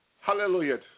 Hallelujah